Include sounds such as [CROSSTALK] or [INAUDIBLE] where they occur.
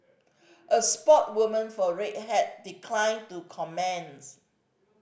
a [UNINTELLIGIBLE] for Red Hat declined to comments